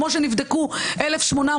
כמו שנבדקו 1,800,